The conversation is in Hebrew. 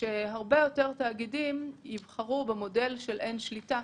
שהרבה יותר תאגידים יבחרו במודל של אין שליטה,